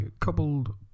coupled